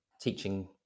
teaching